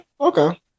Okay